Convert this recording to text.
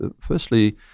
Firstly